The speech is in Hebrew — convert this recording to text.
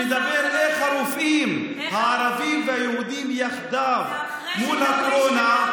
שמדבר איך הרופאים הערבים והיהודים יחדיו מול הקורונה,